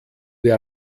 wir